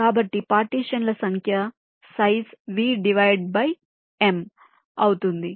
కాబట్టి పార్టీషన్ ల సంఖ్య size V divide by m అవుతుంది